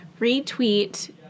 retweet